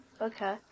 Okay